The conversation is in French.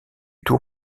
tour